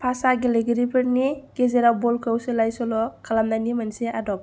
पासा गेलेगिरिफोरनि गेजेराव बलखौ सोलाय सोल' खालामनायनि मोनसे आदब